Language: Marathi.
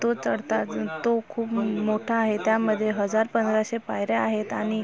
तो चढतात त तो खूप मोठा आहे त्यामध्ये हजार पंधराशे पायऱ्या आहेत आणि